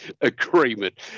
agreement